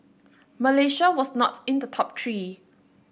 Malaysia was not in the top three